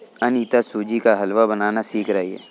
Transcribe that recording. अनीता सूजी का हलवा बनाना सीख रही है